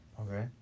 Okay